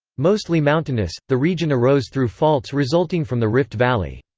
mostly mountainous, the region arose through faults resulting from the rift valley.